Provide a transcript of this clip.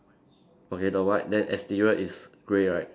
okay the white then exterior is grey right